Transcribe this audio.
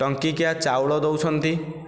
ଟଙ୍କିକିଆ ଚାଉଳ ଦେଉଛନ୍ତି